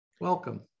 welcome